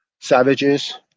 savages